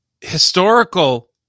historical